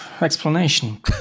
explanation